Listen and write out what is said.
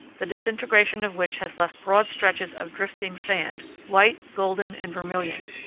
the disintegration of which has left broad stretches of drifting sand, white, golden, and vermilion.